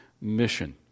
mission